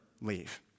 leave